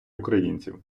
українців